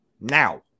now